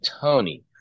Tony